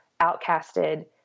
outcasted